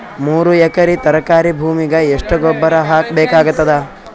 ಮೂರು ಎಕರಿ ತರಕಾರಿ ಭೂಮಿಗ ಎಷ್ಟ ಗೊಬ್ಬರ ಹಾಕ್ ಬೇಕಾಗತದ?